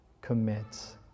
commit